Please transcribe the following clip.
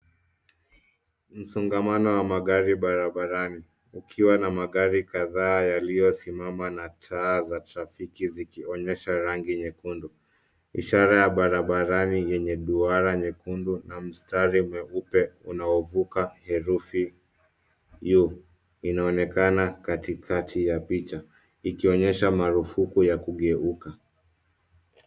Msongamano wa magari barabarani ukiwa na magari kadhaa yaliosimama na taa za trafiki zikionyesha rangi nyekundu ishara ya barabarani yenye duara nyekundu na mstari mweupe unaovuka herufi U inaonekana katikati ya picha ikionyesha marufuku ya kugeuka.